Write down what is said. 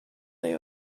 they